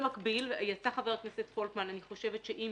במקביל, יצא חבר הכנסת פולקמן אני חושבת שאם